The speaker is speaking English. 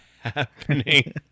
happening